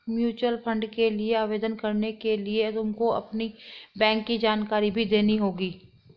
mutual fund के लिए आवेदन करने के लिए तुमको अपनी बैंक की जानकारी भी देनी होगी